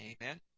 Amen